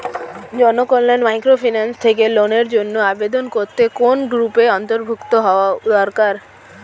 Janakalyan microfinance থেকে লোনের জন্য আবেদন করতে কোন গ্রুপের অন্তর্ভুক্ত হওয়া দরকার?